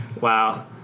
wow